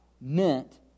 meant